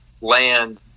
land